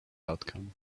outcome